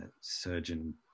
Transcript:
surgeon